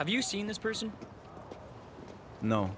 have you seen this person no